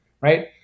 right